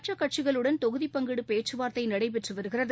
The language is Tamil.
மற்ற கட்சிகளுடன் தொகுதி பங்கீடு பேச்சுவார்த்தை நடந்து வருகிறது